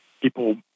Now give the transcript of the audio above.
people